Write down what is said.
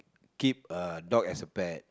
keep a dog as a pet